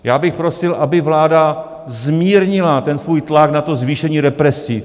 Já bych prosil, aby vláda zmírnila svůj tlak na to zvýšení represí.